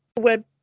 web